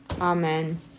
Amen